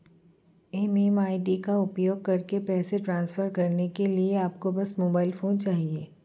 MMID का उपयोग करके पैसे ट्रांसफर करने के लिए आपको बस मोबाइल फोन चाहिए